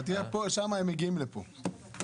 לדיון הבא כדאי שהם יגיעו לפה.